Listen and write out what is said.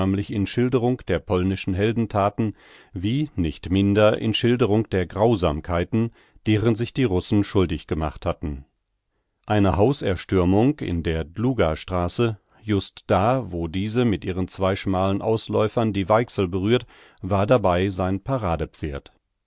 in schilderung der polnischen heldenthaten wie nicht minder in schilderung der grausamkeiten deren sich die russen schuldig gemacht hatten eine haus erstürmung in der dlugastraße just da wo diese mit ihren zwei schmalen ausläufern die weichsel berührt war dabei sein paradepferd